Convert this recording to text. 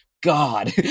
God